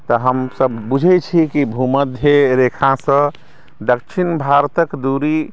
तऽ हमसभ बूझैत छियै कि भूमध्य रेखासँ दक्षिण भारतक दूरी